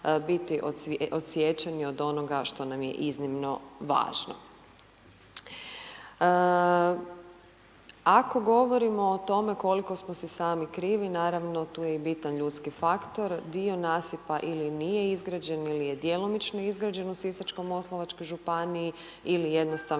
biti odsječeni od onoga što nam je iznimno važno. Ako govorimo o tome koliko smo si sami krivi, naravno, tu je bitan ljudski faktor. Dio nasipa ili nije izgrađen ili je djelomično izgrađen u Sisačko-moslavačkoj županiji ili jednostavno